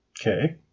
Okay